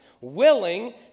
willing